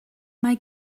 mae